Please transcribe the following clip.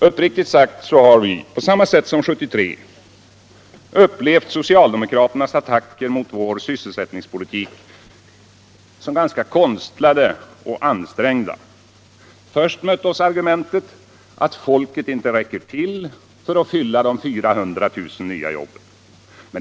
Uppriktigt sagt har vi i centern — på samma sätt som 1973 — upplevt socialdemokraternas attacker mot vår sysselsättningspolitik som ganska konstlade och ansträngda. Först mötte oss argumentet att folket inte räcker till för att fylla de 400 000 nya jobben.